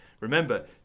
Remember